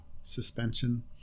suspension